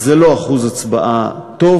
זה לא שיעור הצבעה טוב,